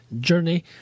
journey